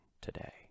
today